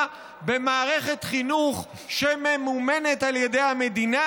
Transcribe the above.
במערכת חינוך שממומנת על ידי המדינה,